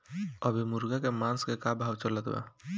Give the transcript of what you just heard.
अभी मुर्गा के मांस के का भाव चलत बा?